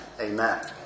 amen